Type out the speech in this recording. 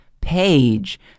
page